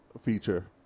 feature